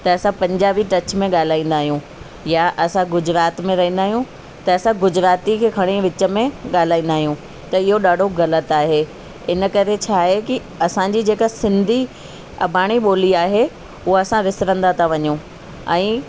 त असां पंजाबी टच में ॻाल्हाईंदा आहियूं या असां गुजराती में रहंदा आहियूं त असां गुजराती खे खणी विच में ॻाल्हाईंदा आहियूं त इहो ॾाढो ग़लति आहे इन करे छा आहे कि असांजी जेका सिंधी अबाणी ॿोली आहे उहो असां विसरंदा त वञऊं ऐं